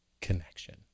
connection